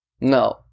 no